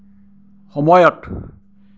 সময়ত